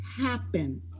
happen